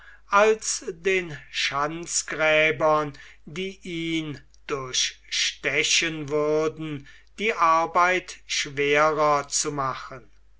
als den schanzgräbern die ihn durchstechen würden die arbeit schwerer zu machen